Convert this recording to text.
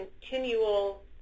continual